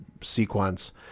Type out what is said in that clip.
sequence